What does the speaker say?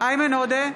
איימן עודה,